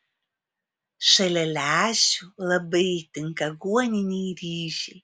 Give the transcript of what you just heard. šalia lęšių labai tinka aguoniniai ryžiai